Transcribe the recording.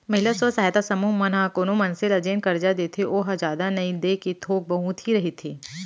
महिला स्व सहायता समूह मन ह कोनो मनसे ल जेन करजा देथे ओहा जादा नइ देके थोक बहुत ही रहिथे